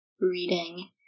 reading